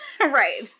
Right